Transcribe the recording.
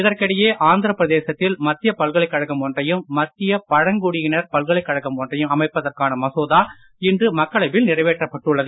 இதற்கிடையே ஆந்திர பிரதேசத்தில் மத்தியப் பல்கலைக்கழகம் ஒன்றையும் மத்திய பழங்குடியினர் பல்கலைக்கழகம் ஒன்றையும் அமைப்பதற்கான இன்று நிறைவேற்றப்பட்டுள்ளது